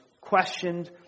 questioned